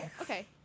Okay